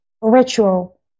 ritual